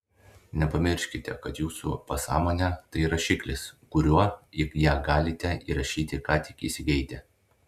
nepamirškite kad jūsų pasąmonė tai rašiklis kuriuo į ją galite įrašyti ką tik įsigeidę